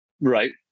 Right